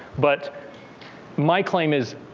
but my claim is,